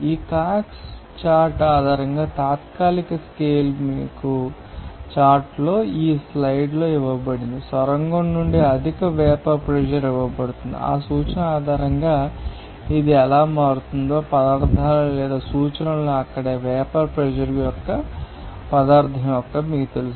ఈ Cox chart ఆధారంగా తాత్కాలిక స్కేల్ మీకు చార్టులో ఈ స్లైడ్లలో ఇవ్వబడింది సొరంగం నుండి అధిక వేపర్ ప్రెషర్ ఇవ్వబడుతుంది ఆ సూచన ఆధారంగా ఇది ఎలా మారుతుందో పదార్థాలు లేదా సూచన అక్కడ వేపర్ ప్రెషర్ యొక్క పదార్ధం మీకు తెలుసు